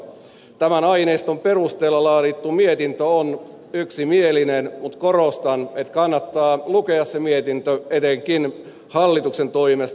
tämän aineiston perusteella laadittu mietintö on yksimielinen mutta korostan että kannattaa lukea se mietintö etenkin hallituksen toimesta